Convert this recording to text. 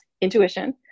intuition